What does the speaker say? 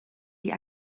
die